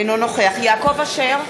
אינו נוכח יעקב אשר,